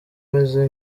meze